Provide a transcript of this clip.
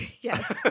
Yes